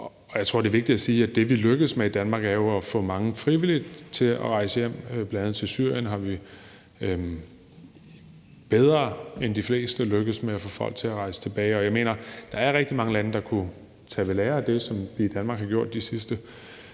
og jeg tror, det er vigtigt at sige, at det, vi lykkes med i Danmark, er jo at få mange til frivilligt at rejse hjem, bl.a. til Syrien. Der er vi bedre end de fleste lykkedes med at få folk til at rejse tilbage. Jeg mener, at der er rigtig mange lande, der kunne tage ved lære af det, som vi i Danmark har gjort de sidste